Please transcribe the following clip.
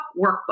workbook